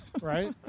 Right